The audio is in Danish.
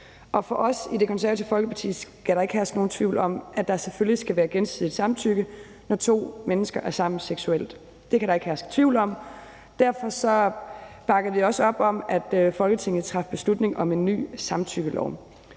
Og for os i Det Konservative Folkeparti skal der ikke herske nogen tvivl om, at der selvfølgelig skal være gensidigt samtykke, når to mennesker er sammen seksuelt – det kan der ikke herske tvivl om. Derfor bakkede vi også op om, at Folketinget traf beslutning om en ny samtykkelov.